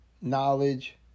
knowledge